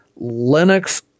Linux